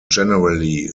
generally